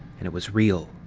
and it was real.